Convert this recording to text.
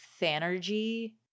thanergy